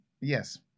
Yes